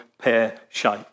pear-shaped